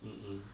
mm mm